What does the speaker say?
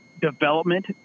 development